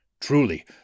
truly